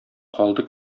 калды